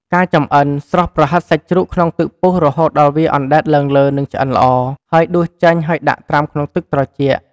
ការចំអិន ស្រុះប្រហិតសាច់ជ្រូកក្នុងទឹកពុះរហូតដល់វាអណ្តែតឡើងលើ និងឆ្អិនល្អ ហើយដួសចេញហើយដាក់ត្រាំក្នុងទឹកត្រជាក់។